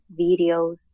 videos